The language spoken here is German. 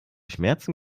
schmerzen